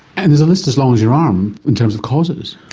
and there's a list as long as your arm in terms of causes.